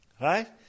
Right